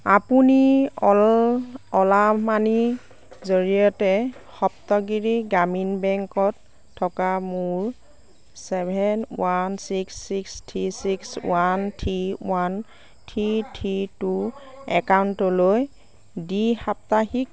আপুনি অ'ল Ola money জৰিয়তে সপ্তগিড়ি গ্ৰামিন বেংকত থকা মোৰ seven one six six three six one three one three three two একাউণ্টটোলৈ দ্বি সাপ্তাহিক